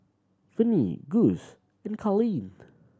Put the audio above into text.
Venie Guss and Carleen